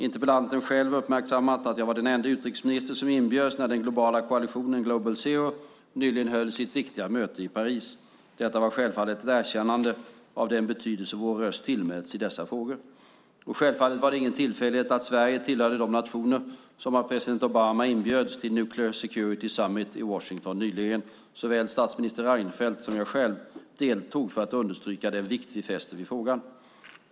Interpellanten har själv uppmärksammat att jag var den ende utrikesminister som inbjöds när den globala koalitionen Global Zero nyligen höll sitt viktiga möte i Paris. Detta var självfallet ett erkännande av den betydelse vår röst tillmäts i dessa frågor. Och självfallet var det ingen tillfällighet att Sverige tillhörde de nationer som av president Obama inbjöds till Nuclear Security Summit i Washington nyligen. Såväl statsminister Reinfeldt som jag själv deltog för att understryka den vikt vi fäster vid frågan.